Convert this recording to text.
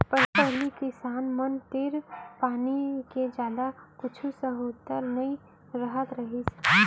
पहिली किसान मन तीर पानी के जादा कुछु सहोलत नइ रहत रहिस